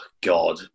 God